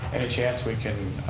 and chance we can,